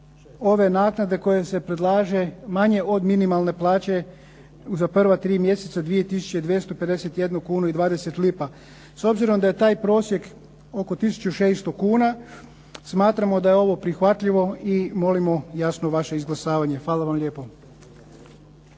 ove naknade koja se predlaže, manje od minimalne plaće za prva 3 mjeseca 2 tisuće 251 kunu i 20 lipa. S obzirom da je taj prosjek oko tisuću 600 kuna smatramo da je ovo prihvatljivo i molimo jasno vaše izglasavanje. Hvala vam lijepo.